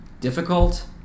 difficult